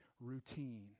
routine